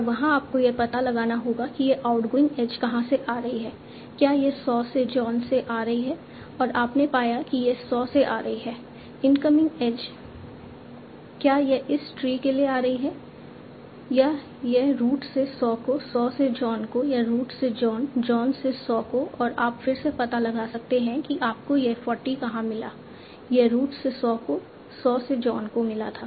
और वहां आपको यह पता लगाना होगा कि यह आउटगोइंग एज कहां से आ रही है क्या यह सॉ से या जॉन से आ रही है और आपने पाया कि यह सॉ से आ रही है इनकमिंग एज क्या यह इस ट्री के लिए आ रही है या यह रूट से सॉ को सॉ से जॉन को या रूट से जॉन जॉन से सॉ को और आप फिर से पता लगा सकते हैं कि आपको यह 40 कहां मिला यह रूट से सॉ को सॉ से जॉन को मिला था